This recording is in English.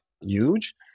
huge